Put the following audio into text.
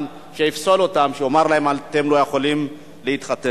שיפסול אותם ושיאמר להם: אתם לא יכולים להתחתן.